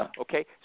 okay